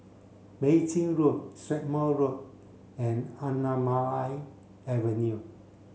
Mei Chin Road Strathmore Road and Anamalai Avenue